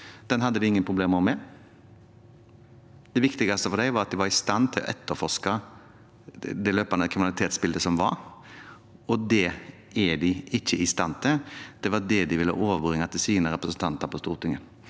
å avvikle det. Det viktigste for dem var at de var i stand til å etterforske det løpende kriminalitetsbildet, og det er de ikke i stand til. Det var det de ville overbringe til sine representanter på Stortinget.